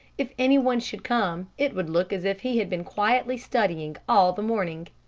if any one should come, it would look as if he had been quietly studying all the morning.